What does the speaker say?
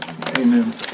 Amen